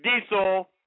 Diesel